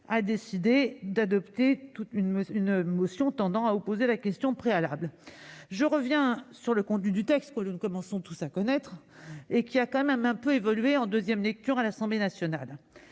décidé de déposer une motion tendant à opposer la question préalable. Je reviens sur le contenu du présent texte, que nous commençons tous à connaître, même s'il a un peu évolué en deuxième lecture à l'Assemblée nationale.